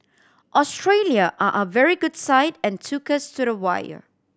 Australia are a very good side and took us to the wire